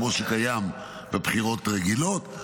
כמו שיש בבחירות רגילות,